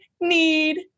need